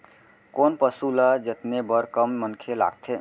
कोन पसु ल जतने बर कम मनखे लागथे?